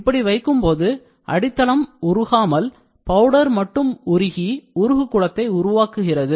இப்படி வைக்கும் போது அடித்தளம் உருகாமல் பவுடர் மட்டும் உருகி உருகு குளத்தை உருவாக்குகிறது